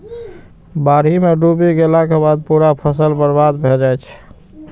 बाढ़ि मे डूबि गेलाक बाद पूरा फसल बर्बाद भए जाइ छै